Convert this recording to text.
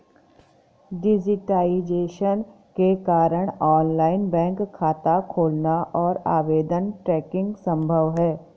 digitisation के कारण online bank खाता खोलना और आवेदन ट्रैकिंग संभव हैं